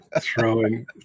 Throwing